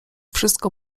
wszystko